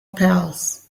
pals